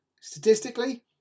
Statistically